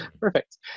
Perfect